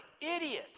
idiot